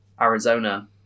Arizona